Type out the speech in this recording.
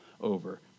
over